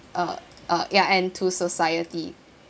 uh uh ya and to society